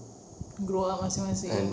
grow grow up masing-masing